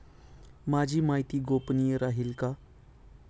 माझी माहिती गोपनीय राहील का?